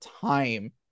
time